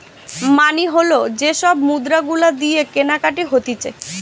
মানি হল যে সব মুদ্রা গুলা দিয়ে কেনাকাটি হতিছে